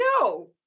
No